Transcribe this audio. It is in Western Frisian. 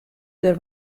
der